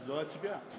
לא אצביע?